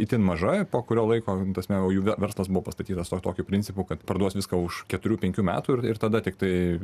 itin maža po kurio laiko prasme o jų verslas buvo pastatytas o tokiu principu kad parduos viską už keturių penkių metų ir ir tada tiktai